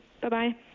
Bye-bye